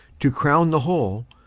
to crown the whole,